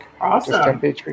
Awesome